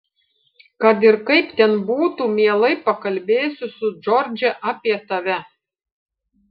kad ir kaip ten būtų mielai pakalbėsiu su džordže apie tave